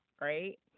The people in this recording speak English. right